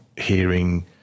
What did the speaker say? hearing